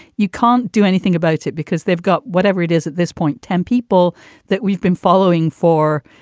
you can't do anything about it because they've got whatever it is at this point. ten people that we've been following for,